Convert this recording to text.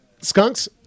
Skunks